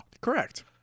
Correct